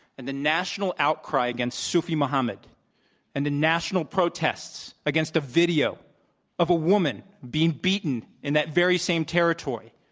and the national outcry against sufi muhammad and the national protests against a video of a woman being beaten in that very same territory,